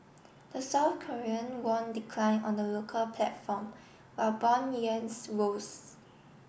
the South Korean won decline on the local platform while bond yields rose